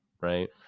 right